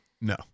No